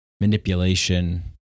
manipulation